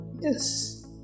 Yes